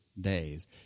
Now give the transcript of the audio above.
days